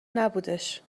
نبودش